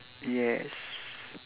yes